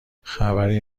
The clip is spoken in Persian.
خبری